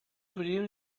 thummim